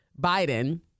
Biden